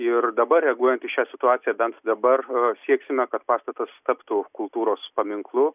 ir dabar reaguojant į šią situaciją bent dabar sieksime kad pastatas taptų kultūros paminklu